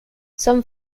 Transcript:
some